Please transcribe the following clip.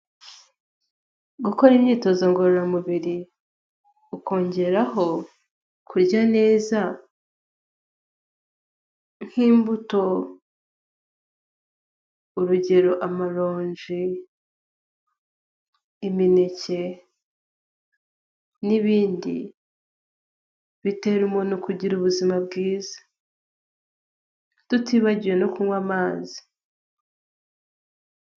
Gukora imyitozo ngororamubiri ukongeraho kurya neza nk'imbuto urugero amaronji, imineke n'bindi bitera umuntu kugira ubizima bwiza, tubagiwe no kunywa amazi.